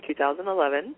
2011